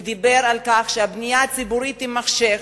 הוא דיבר על כך שהבנייה הציבורית תימשך,